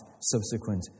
subsequent